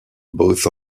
both